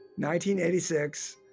1986